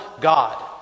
God